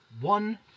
one